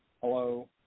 Hello